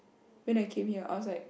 then I came here I was like